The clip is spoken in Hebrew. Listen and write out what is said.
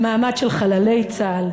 במעמד של חללי צה"ל.